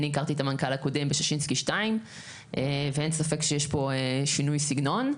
אני הכרתי את המנכ"ל הקודם בשישינסקי 2 ואין ספק שיש פה שינוי סגנון.